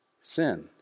sin